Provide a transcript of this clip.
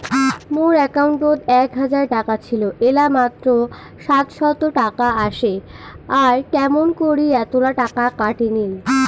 মোর একাউন্টত এক হাজার টাকা ছিল এলা মাত্র সাতশত টাকা আসে আর কেমন করি এতলা টাকা কাটি নিল?